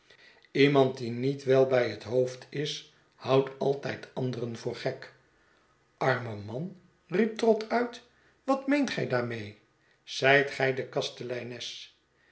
iemand die niet wel bij het hoofd is houdt altijd anderen voor gek arme man riep trott uit wat meent gij daarmede zijt gy de